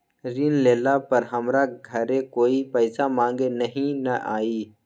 ऋण लेला पर हमरा घरे कोई पैसा मांगे नहीं न आई?